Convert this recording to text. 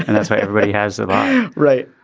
and that's why everybody has it right.